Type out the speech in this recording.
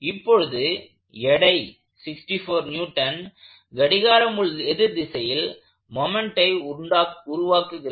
இப்பொழுது எடை 64N கடிகார முள் எதிர் திசையில் மொமெண்ட்டை உருவாக்குகிறது